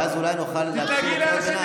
אז תרשמי על החזה שלך שזה התפקיד